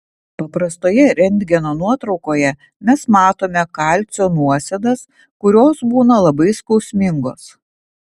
paprastoje rentgeno nuotraukoje mes matome kalcio nuosėdas kurios būna labai skausmingos